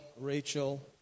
Rachel